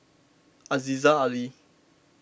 Aziza Ali